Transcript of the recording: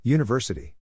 University